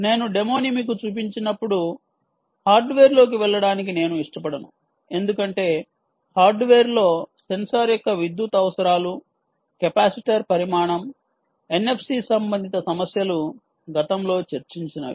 నేను డెమోని మీకు చూపించినప్పుడు హార్డ్వేర్లోకి వెళ్లడానికి నేను ఇష్టపడను ఎందుకంటే హార్డ్వేర్ లో సెన్సార్ యొక్క విద్యుత్ అవసరాలు కెపాసిటర్ పరిమాణం ఎన్ఎఫ్సి సంబంధిత సమస్యలు గతంలో చర్చించినవి